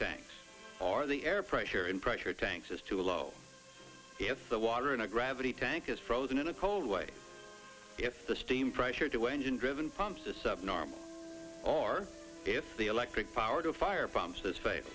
tanks or the air pressure in pressure tanks is too low if the water in a gravity tank is frozen in a cold way if the steam pressure to engine driven pumps the subnormal or if the electric power to firebombs this fa